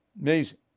Amazing